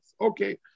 Okay